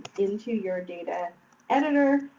into your data editor,